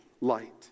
light